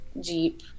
Jeep